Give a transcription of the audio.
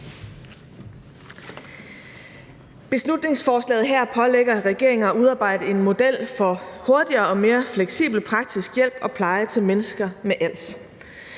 Beslutningsforslaget her pålægger regeringen at udarbejde en model for hurtigere og mere fleksibel praktisk hjælp og pleje til mennesker med på